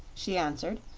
she answered.